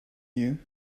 you